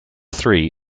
three